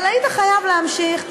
אבל היית חייב להמשיך.